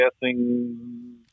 guessing